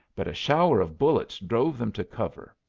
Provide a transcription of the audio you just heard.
but a shower of bullets drove them to cover,